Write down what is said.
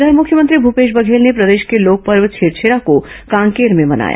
इधर मुख्यमंत्री भूपेश बधेल ने प्रदेश के लोकपर्व छेरछेरा को कांकेर में मनाया